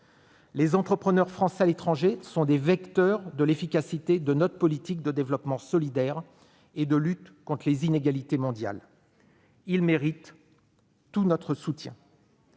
Les entrepreneurs français à l'étranger sont des vecteurs de l'efficacité de notre politique de développement solidaire et de lutte contre les inégalités mondiales : ils méritent tout notre soutien.